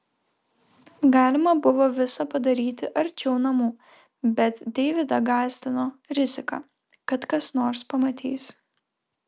galima buvo visa padaryti arčiau namų bet deividą gąsdino rizika kad kas nors pamatys